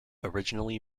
originally